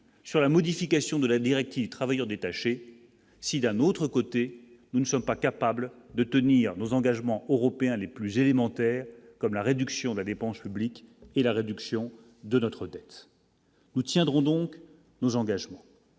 sur la modification de la directive travailleurs détachés, si d'un autre côté, nous ne sommes pas capables de tenir nos engagements européens les plus élémentaires, comme la réduction de la dépense, réplique et la réduction de notre dette, nous tiendrons donc nos engagements,